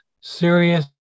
serious